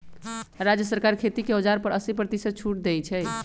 राज्य सरकार खेती के औजार पर अस्सी परतिशत छुट देई छई